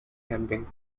camping